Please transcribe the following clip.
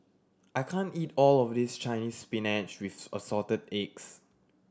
I can't eat all of this Chinese Spinach with Assorted Eggs